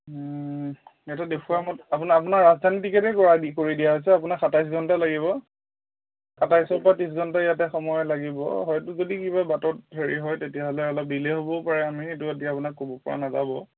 এইটো দেখুৱা মতে আপোনাৰ আপোনাৰ ৰাজধানী টিকেটেই কৰা দি কৰি দিয়া হৈছে আপোনাক সাতাইছ ঘণ্টা লাগিব সাতাইছৰ পৰা ত্ৰিছ ঘণ্টা ইয়াতে সময় লাগিব হয়তো যদি কিবা বাটত হেৰি হয় তেতিয়াহ'লে অলপ দিলে হ'বও পাৰে আমি সেইটো এতিয়া আপোনাক ক'ব পৰা নাযাব